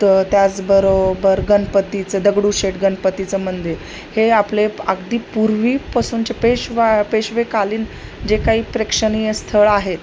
तर त्याचबरोबर गणपतीचं दगडू शेठ गणपतीचं मंदिर हे आपले प अगदी पूर्वीपासूनचे पेशवा पेशवेकालीन जे काही प्रेक्षणीय स्थळ आहेत